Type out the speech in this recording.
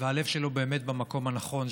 והלב שלו באמת במקום הנכון.